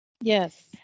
yes